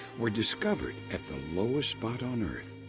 were discovered at the lowest spot on earth,